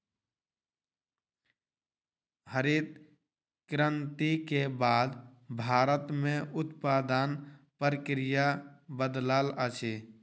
हरित क्रांति के बाद भारत में उत्पादन प्रक्रिया बदलल अछि